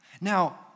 Now